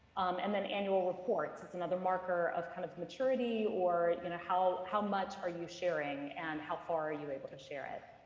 and then annual reports, it's another marker of kind of maturity or and how how much are you sharing sharing and how far are you able to share it?